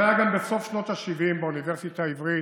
זה היה בסוף שנות השבעים באוניברסיטה העברית,